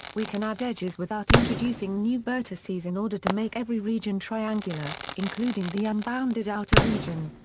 we can add edges without introducing new vertices in order to make every region triangular, including the unbounded outer region.